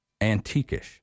antiquish